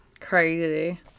Crazy